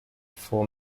for